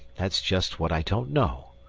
that's just what i don't know.